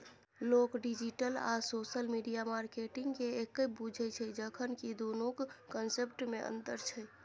लोक डिजिटल आ social media मार्केटिंगकेँ एक्के बुझय छै जखन कि दुनुक कंसेप्टमे अंतर छै